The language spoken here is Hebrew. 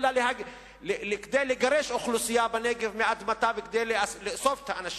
אלא כדי לגרש אוכלוסייה בנגב מאדמתה וכדי לאסוף את האנשים.